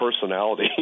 personality